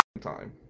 time